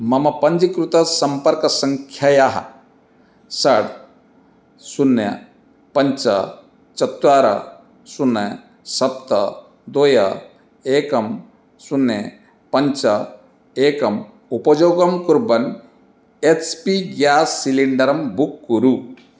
मम पञ्जीकृतसम्पर्कसङ्ख्यायाः षट् शून्यं पञ्च चत्वारि शून्यं सप्त द्वे एकं शून्यं पञ्च एकम् उपयोगं कुर्वन् एच् पी गेस् सिलिण्डरं बुक् कुरु